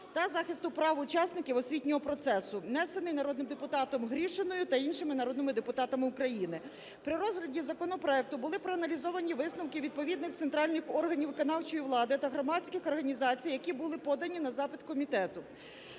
та захисту прав учасників освітнього процесу, внесений народним депутатом Гришиною та іншими народними депутатами України. При розгляді законопроекту були проаналізовані висновки відповідних центральних органів виконавчої влади та громадських організацій, які були подані на запит комітету.